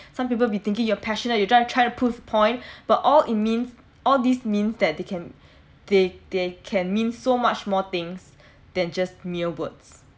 some people be thinking you're passionate you trying trying to prove point but all it means all this means that they can they they can mean so much more things than just mere words